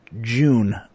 June